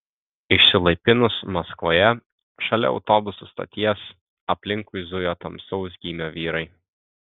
išsilaipinus maskvoje šalia autobusų stoties aplinkui zujo tamsaus gymio vyrai